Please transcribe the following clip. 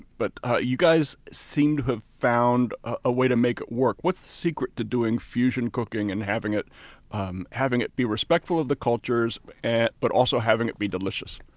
but you guys seem to have found a way to make it work. what's the secret to doing fusion cooking and having it um having it be respectful of the cultures but also having it be delicious?